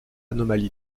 anomalie